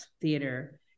theater